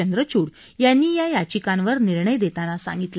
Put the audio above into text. चंद्रचूड यांनी या याचिकांवर निर्णय देताना सांगितलं